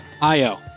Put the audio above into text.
Io